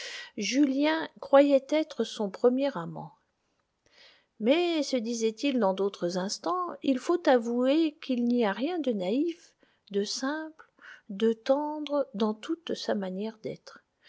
julien croyait être son premier amant mais se disait-il dans d'autres instants il faut avouer qu'il n'y a rien de naïf de simple de tendre dans toute sa manière d'être